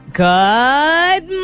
good